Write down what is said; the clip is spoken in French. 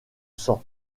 sang